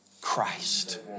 Christ